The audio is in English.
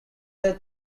their